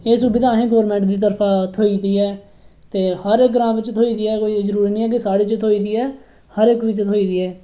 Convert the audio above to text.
एह् सुविधा अहेंई गौरमैंट दी तरफा थ्होइ दी ऐ ते ग्रांऽ बिच थ्होई दी ऐ कोई जरूरी निं ऐ की साढ़े च थ्होई दी ऐ हर इक च थ्होई दी ऐ